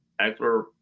Eckler